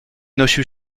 nosił